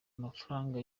amafaranga